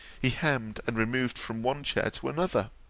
he hemmed, and removed from one chair to another.